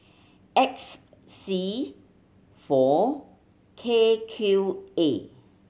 X C four K Q A